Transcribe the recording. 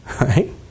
right